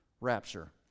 rapture